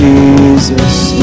Jesus